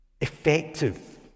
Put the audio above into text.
effective